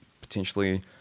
potentially